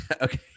Okay